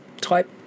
type